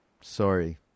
sorry